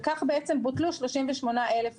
וכך בוטלו 38,000 דוחות.